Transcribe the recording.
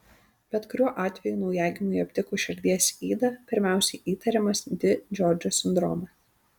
bet kuriuo atveju naujagimiui aptikus širdies ydą pirmiausia įtariamas di džordžo sindromas